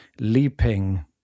leaping